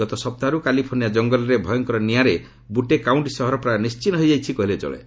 ଗତ ସପ୍ତାହରୁ କାଲିଫର୍ଣ୍ଣିଆ କଙ୍ଗଲରେ ଭୟଙ୍କର ନିଆଁରେ ବୁଟେ କାଉଣ୍ଟି ସହର ପ୍ରାୟ ନିଶ୍ଚିହ୍ନ ହୋଇଯାଇଛି କହିଲେ ଚଳେ